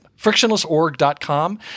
frictionlessorg.com